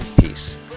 peace